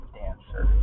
dancer